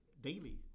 daily